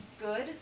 good